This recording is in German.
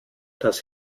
das